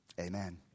amen